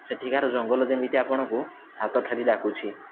ସେଠିକାର ଜଙ୍ଗଲ ଯେମିତି ଆପଣଙ୍କୁ ହାତ ଠାରି ଡାକୁଛି